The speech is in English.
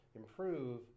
improve